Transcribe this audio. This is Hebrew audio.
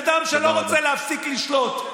אפשרתם לבן אדם שלא רוצה להפסיק, לשלוט.